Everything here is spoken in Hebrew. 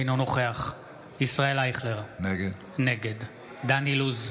אינו נוכח ישראל אייכלר, נגד דן אילוז,